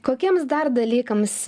kokiems dar dalykams